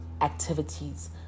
activities